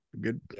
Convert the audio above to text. Good